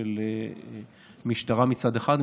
הפנים של המשטרה מצד אחד,